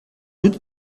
doute